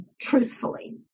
truthfully